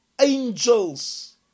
angels